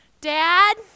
dad